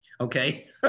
Okay